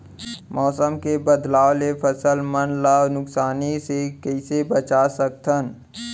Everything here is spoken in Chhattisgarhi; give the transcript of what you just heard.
मौसम के बदलाव ले फसल मन ला नुकसान से कइसे बचा सकथन?